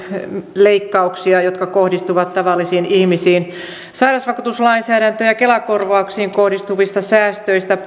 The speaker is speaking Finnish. leikkauksia jotka kohdistuvat tavallisiin ihmisiin sairausvakuutuslainsäädäntöön ja kela korvauksiin kohdistuvista säästöistä